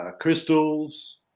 crystals